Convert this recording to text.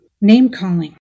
Name-calling